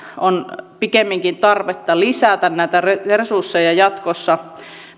on pikemminkin tarvetta lisätä näitä resursseja jatkossa